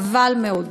חבל מאוד.